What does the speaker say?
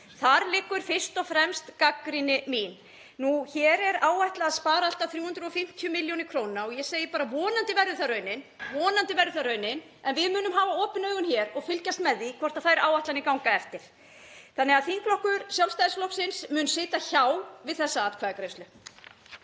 Þar liggur fyrst og fremst gagnrýni mín. Hér er áætlað að spara allt að 350 millj. kr. og ég segi bara: Vonandi verður það raunin. En við munum hafa opin augun hér og fylgjast með því hvort þær áætlanir gangi eftir. Þingflokkur Sjálfstæðisflokksins mun sitja hjá við þessa atkvæðagreiðslu.